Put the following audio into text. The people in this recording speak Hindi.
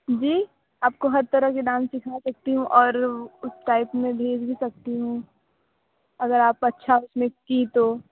जी आपको हर तरह के डांस सीखा सकती हूँ और उस टाइप में भेज भी सकती हूँ अगर आप अच्छा उसमें की तो